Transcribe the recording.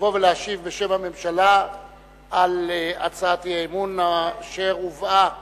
לבוא ולהשיב בשם הממשלה על הצעת האי-אמון אשר הובאה